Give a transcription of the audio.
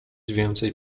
więcej